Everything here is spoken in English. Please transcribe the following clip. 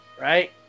right